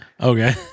Okay